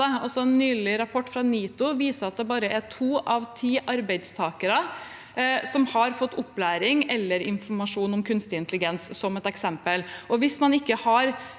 En nylig rapport fra NITO viser at bare to av ti arbeidstakere har fått opplæring eller informasjon om kunstig intelligens – som et eksempel. Hvis man ikke har